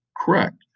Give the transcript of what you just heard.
Correct